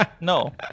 No